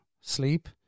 sleep